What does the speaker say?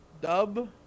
dub